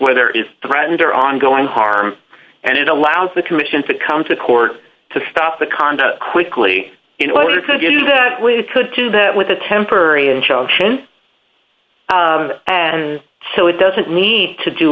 where there is threatened or ongoing harm and it allows the commission to come to court to stop the conduct quickly in order to do that we could do that with a temporary injunction so it doesn't need to do